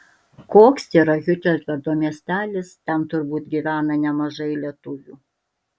koks yra hiutenfeldo miestelis ten turbūt gyvena nemažai lietuvių